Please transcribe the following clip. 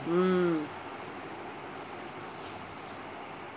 mm